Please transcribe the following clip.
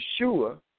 Yeshua